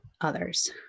others